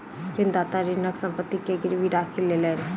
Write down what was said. ऋणदाता ऋणीक संपत्ति के गीरवी राखी लेलैन